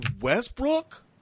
Westbrook